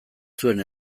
zuen